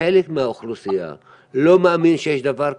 שחלק מהאוכלוסייה לא מאמין שיש דבר כזה.